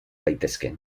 daitezke